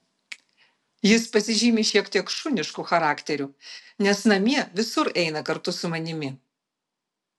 jis pasižymi šiek tiek šunišku charakteriu nes namie visur eina kartu su manimi